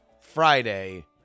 Friday